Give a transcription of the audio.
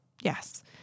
Yes